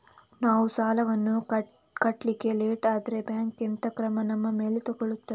ನಾವು ಸಾಲ ವನ್ನು ಕಟ್ಲಿಕ್ಕೆ ಲೇಟ್ ಆದ್ರೆ ಬ್ಯಾಂಕ್ ಎಂತ ಕ್ರಮ ನಮ್ಮ ಮೇಲೆ ತೆಗೊಳ್ತಾದೆ?